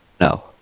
no